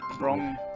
Wrong